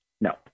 No